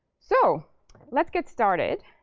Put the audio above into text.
so let's get started.